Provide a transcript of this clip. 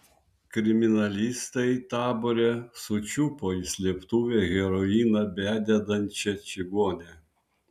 kriminalistai tabore sučiupo į slėptuvę heroiną bededančią čigonę